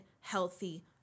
healthy